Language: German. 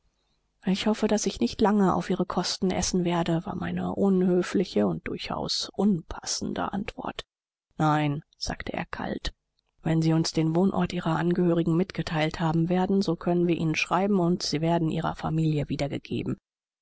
ich hoffe daß ich nicht lange auf ihre kosten essen werde war meine unhöfliche und durchaus unpassende antwort nein sagte er kalt wenn sie uns den wohnort ihrer angehörigen mitgeteilt haben werden so können wir ihnen schreiben und sie werden ihrer familie wiedergegeben